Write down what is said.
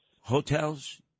Hotels